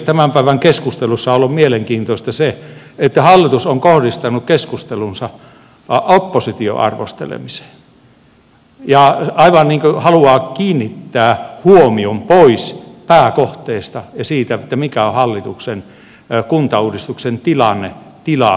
tämän päivän keskustelussa on ollut mielenkiintoista se että hallitus on kohdistanut keskustelunsa opposition arvostelemiseen ja aivan niin kuin haluaa kiinnittää huomion pois pääkohteesta ja siitä mikä on hallituksen kuntauudistuksen tilanne tila ja sisältö